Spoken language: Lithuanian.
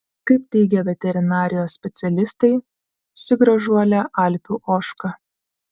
kaip teigė veterinarijos specialistai ši gražuolė alpių ožka